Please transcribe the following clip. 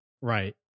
Right